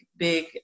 big